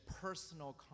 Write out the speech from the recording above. personal